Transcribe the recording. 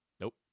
Nope